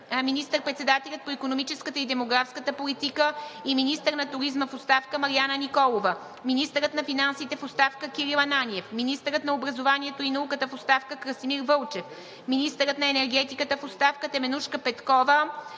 министър-председателят по икономическата и демографската политика и министър на туризма в оставка Марияна Николова; - министърът на финансите в оставка Кирил Ананиев; - министърът на образованието и науката в оставка Красимир Вълчев; - министърът на енергетиката в оставка Теменужка Петкова;